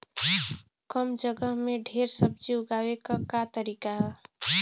कम जगह में ढेर सब्जी उगावे क का तरीका ह?